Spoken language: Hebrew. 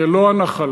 זה לא הנחלה.